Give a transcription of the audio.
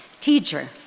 Teacher